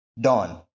Dawn